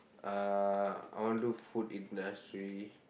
uh I want do food industry